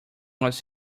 was